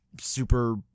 super